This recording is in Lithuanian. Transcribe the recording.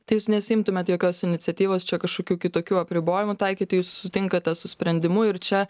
tai jūs nesiimtumėt jokios iniciatyvos čia kažkokių kitokių apribojimų taikyti jūs sutinkate su sprendimu ir čia